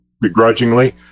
begrudgingly